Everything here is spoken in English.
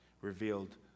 revealed